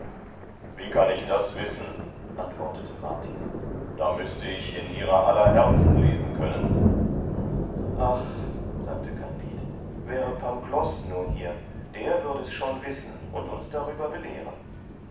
wie kann ich das wissen antwortete martin da müßte ich in ihrer aller herzen lesen können ach sagte kandid wäre pangloß nur hier der würde es schon wissen und uns darüber belehren